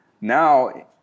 Now